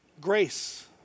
Grace